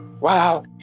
Wow